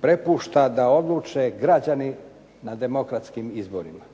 prepušta da odluče građani na demokratskim izborima.